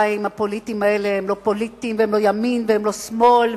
המים הפוליטיים האלה הם לא פוליטיים והם לא ימין ולא שמאל,